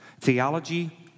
theology